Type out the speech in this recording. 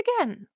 again